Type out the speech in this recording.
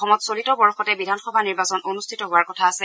অসমত চলিত বৰ্ষতে বিধানসভা নিৰ্বাচন অনুষ্ঠিত হোৱাৰ কথা আছে